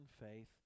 faith